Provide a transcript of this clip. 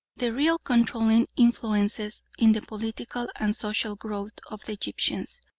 the real controlling influences in the political and social growth of the egyptians.